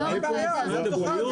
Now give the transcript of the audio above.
אין בעיה, אל תאכל.